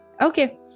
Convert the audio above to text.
Okay